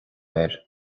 air